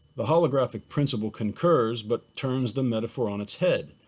the holographic principle concurs but turns the metaphor on its head,